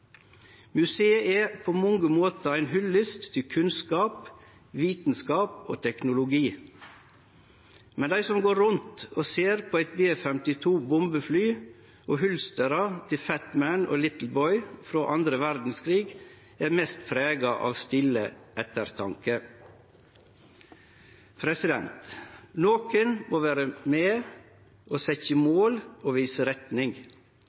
er på mange måtar ein hyllest til kunnskap, vitskap og teknologi. Men dei som går rundt og ser på eit B-52-bombefly og hylsteret til «Fat Man» og «Little Boy» frå den andre verdskrigen, er mest prega av stille ettertanke. Nokon må vere med og setje mål og vise retning.